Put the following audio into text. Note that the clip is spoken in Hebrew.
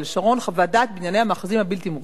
חוות דעת בענייני המאחזים הבלתי-מורשים",